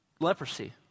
leprosy